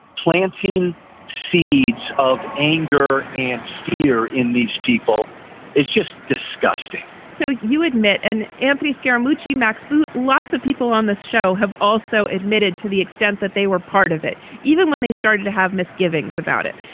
planting seeds of anger and fear in these people is just disgusting. so you admit an anthony scaramucci, max boot. lots of people on this show have also admitted to the extent that they were part of it, even when they started to have misgivings about it.